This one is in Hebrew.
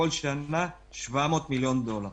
כל שנה 700 מיליון דולר.